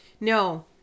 No